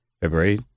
February